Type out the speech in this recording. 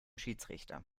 schiedsrichter